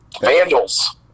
Vandals